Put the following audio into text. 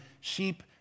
sheep